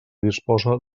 disposa